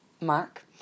Mark